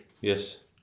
Yes